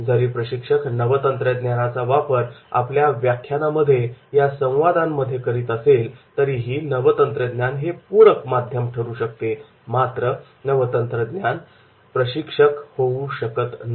जरी प्रशिक्षक नवतंत्रज्ञानाचा वापर आपल्या व्याख्यानामध्ये या संवादांमध्ये करीत असेल तरीही नवतंत्रज्ञान हे पूरक माध्यम ठरू शकते मात्र नवतंत्रज्ञान प्रशिक्षक होऊ शकत नाही